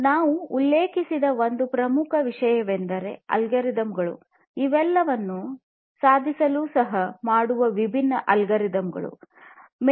ನಾನು ಉಲ್ಲೇಖಿಸದ ಒಂದು ಪ್ರಮುಖ ವಿಷಯವೆಂದರೆ ಅಲ್ಗೊರಿದಮ್ ಗಳು ಇವೆಲ್ಲವನ್ನೂ ಸಾಧಿಸಲು ಸಹಾಯ ಮಾಡುವ ವಿಭಿನ್ನ ಅಲ್ಗೊರಿದಮ್ ಗಳು ಇವೆ